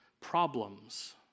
problems